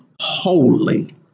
holy